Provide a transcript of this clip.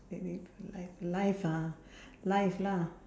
relive a life life ah life lah